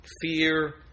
Fear